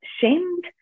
shamed